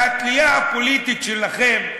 והתלייה הפוליטית שלכם,